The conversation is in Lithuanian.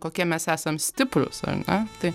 kokie mes esam stiprūs ar ne tai